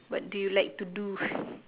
what do you like to do